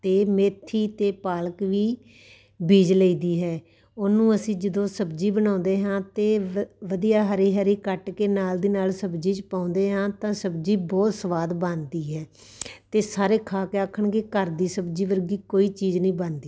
ਅਤੇ ਮੇਥੀ ਅਤੇ ਪਾਲਕ ਵੀ ਬੀਜ ਲਈ ਦੀ ਹੈ ਉਹਨੂੰ ਅਸੀਂ ਜਦੋਂ ਸਬਜ਼ੀ ਬਣਾਉਂਦੇ ਹਾਂ ਅਤੇ ਵ ਵਧੀਆ ਹਰੀ ਹਰੀ ਕੱਟ ਕੇ ਨਾਲ ਦੀ ਨਾਲ ਸਬਜ਼ੀ 'ਚ ਪਾਉਂਦੇ ਹਾਂ ਤਾਂ ਸਬਜ਼ੀ ਬਹੁਤ ਸਵਾਦ ਬਣਦੀ ਹੈ ਅਤੇ ਸਾਰੇ ਖਾ ਕੇ ਆਖਣਗੇ ਘਰ ਦੀ ਸਬਜ਼ੀ ਵਰਗੀ ਕੋਈ ਚੀਜ਼ ਨਹੀਂ ਬਣਦੀ